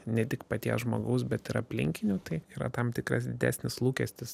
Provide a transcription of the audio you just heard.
ne tik paties žmogaus bet ir aplinkinių tai yra tam tikras didesnis lūkestis